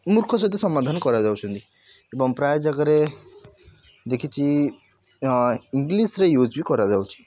ମୁର୍ଖ ସହିତ ସମାଧାନ କରାଯାଉଛନ୍ତି ଏବଂ ପ୍ରାୟ ଜାଗାରେ ଦେଖିଛି ଇଂଗ୍ଲିଶ୍ରେ ୟୁଜ୍ ବି କରାଯାଉଛି